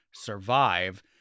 survive